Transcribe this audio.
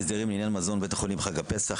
(הסדרים לעניין מזון בבית חולים בחג הפסח),